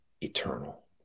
eternal